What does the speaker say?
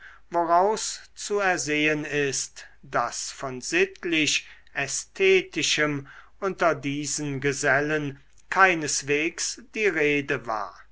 woraus zu ersehen ist daß von sittlich ästhetischem unter diesen gesellen keineswegs die rede war